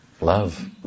Love